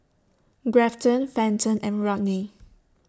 Grafton Fenton and Rodney